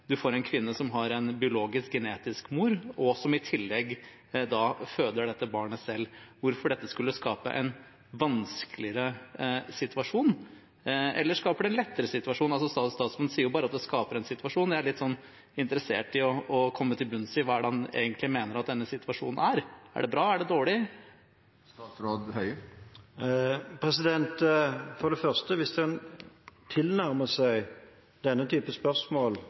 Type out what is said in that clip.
en kvinne som får et barn som har en annen biologisk/genetisk mor, og som hun i tillegg har født selv. Hvorfor skulle dette skape en vanskeligere situasjon? Eller skaper det en lettere situasjon? Statsråden sier bare at det skaper en situasjon. Jeg er litt interessert i å komme til bunns i dette: Hvordan mener han egentlig at denne situasjonen er? Er den bra, er den dårlig? For det første: Hvis en nærmer seg denne type spørsmål